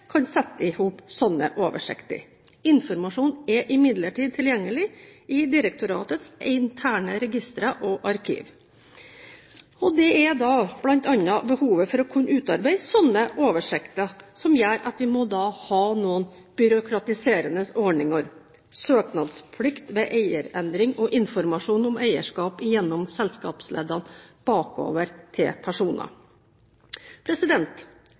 kan sette sammen slike oversikter. Informasjon er imidlertid tilgjengelig i direktoratets interne registre og arkiv. Det er bl.a. behovet for å kunne utarbeide slike oversikter som gjør at vi må ha noen «byråkratiserende» ordninger – søknadsplikt ved eierendring og informasjon om eierskap gjennom selskapsleddene, bakover til personer.